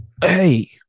Hey